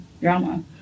drama